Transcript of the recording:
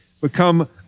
become